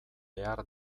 behar